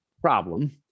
problem